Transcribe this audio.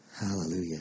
Hallelujah